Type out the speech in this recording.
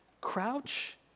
Crouch